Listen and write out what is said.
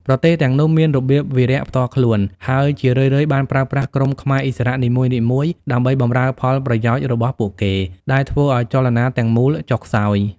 ប្រទេសទាំងនោះមានរបៀបវារៈផ្ទាល់ខ្លួន ហើយជារឿយៗបានប្រើប្រាស់ក្រុមខ្មែរឥស្សរៈនីមួយៗដើម្បីបម្រើផលប្រយោជន៍របស់ពួកគេ ដែលធ្វើឱ្យចលនាទាំងមូលចុះខ្សោយ។